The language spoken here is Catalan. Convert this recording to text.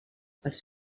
pels